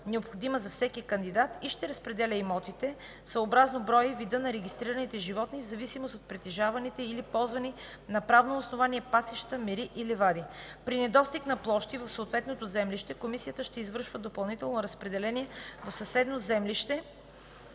необходима за всеки кандидат и ще разпределя имотите съобразно броя и вида на регистрираните животни и в зависимост от притежаваните или ползвани на правно основание пасища, мери и ливади. При недостиг на площи в съответното землище, комисията ще извършва допълнително разпределение в съседно землище